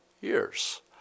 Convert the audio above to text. years